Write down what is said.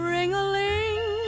Ring-a-ling